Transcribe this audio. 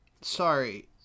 Sorry